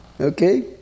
Okay